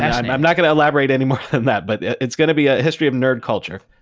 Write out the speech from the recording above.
i'm not going to elaborate any more than that. but it's going to be a history of nerd culture.